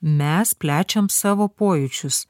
mes plečiam savo pojūčius